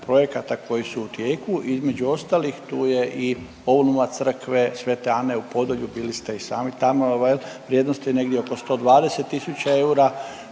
projekata koji su u tijeku, između ostalih tu je i obnova Crkve sv. Ane u Podolju, bili ste i sami tamo ovaj jel, vrijednost je negdje oko 120 tisuća eura,